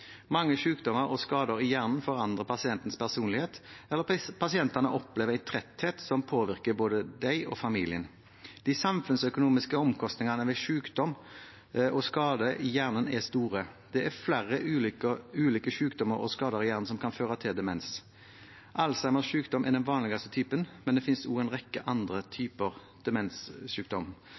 Mange sykdommer og skader i hjernen forandrer pasientens personlighet, eller pasientene opplever en tretthet som påvirker både dem og familien. De samfunnsøkonomiske omkostningene ved sykdom og skade i hjernen er store. Det er flere ulike sykdommer og skader i hjernen som kan føre til demens. Alzheimers sykdom er den vanligste typen, men det finnes også en rekke andre typer